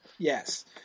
Yes